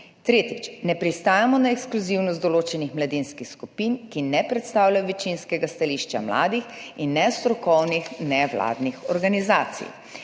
Tretjič, ne pristajamo na ekskluzivnost določenih mladinskih skupin, ki ne predstavljajo večinskega stališča mladih, in nestrokovnih nevladnih organizacij.